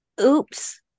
oops